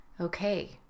Okay